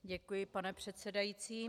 Děkuji, pane předsedající.